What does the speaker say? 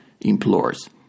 implores